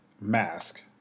mask